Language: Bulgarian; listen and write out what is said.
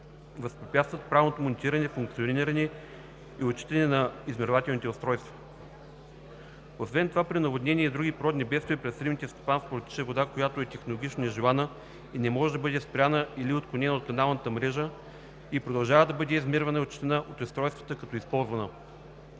възпрепятстват правилното монтиране, функциониране и отчитане на измервателните устройства. Освен това при наводнения и други природни бедствия през рибните стопанства протича вода, която е технологично нежелана и не може да бъде спряна или отклонена от каналната мрежа и продължава да бъде измервана и отчитана от устройствата като използвана.